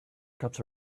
cups